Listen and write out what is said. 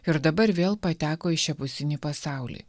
ir dabar vėl pateko į šiapusinį pasaulį